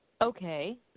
Okay